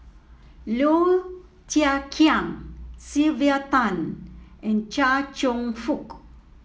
Low Thia Khiang Sylvia Tan and Chia Cheong Fook